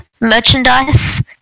merchandise